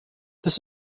this